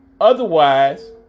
otherwise